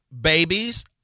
babies